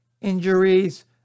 injuries